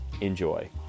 enjoy